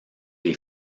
les